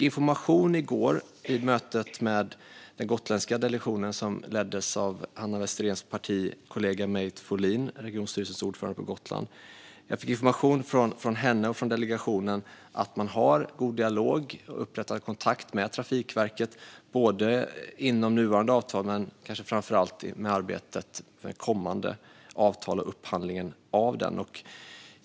Vid mötet med den gotländska delegationen som leddes av Hanna Westeréns partikollega Meit Fohlin, regionstyrelsens ordförande på Gotland, fick jag från henne och från delegationen information om att man har god dialog och upprättad kontakt med Trafikverket både inom nuvarande avtal och kanske framför allt i arbetet med kommande avtal och upphandlingen av det.